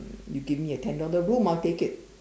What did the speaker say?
you give me a ten dollar room I will take it